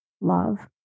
love